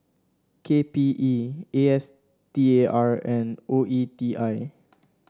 K P E A S T A R and O E T I